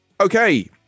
okay